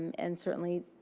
and certainly,